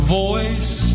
voice